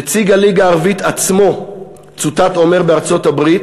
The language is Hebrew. נציג הליגה הערבית עצמו צוטט אומר בארצות-הברית: